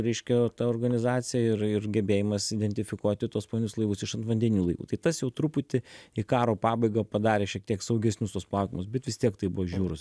reiškia ta organizacija ir ir gebėjimas identifikuoti tuos povandeninius laivus iš antvandeninių laivų tai tas jau truputį į karo pabaigą padarė šiek tiek saugesnius tuos plaukiojimus bet vis tiek tai buvo žiaurus